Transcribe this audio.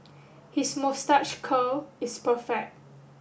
his moustache curl is perfect